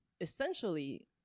essentially